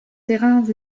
terrains